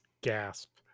Gasp